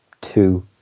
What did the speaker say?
two